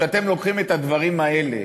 שכשאתם לוקחים את הדברים האלה